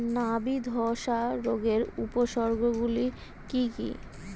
নাবি ধসা রোগের উপসর্গগুলি কি কি?